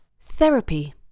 Therapy